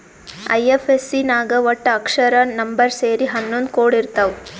IFSC ನಾಗ್ ವಟ್ಟ ಅಕ್ಷರ, ನಂಬರ್ ಸೇರಿ ಹನ್ನೊಂದ್ ಕೋಡ್ ಇರ್ತಾವ್